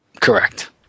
Correct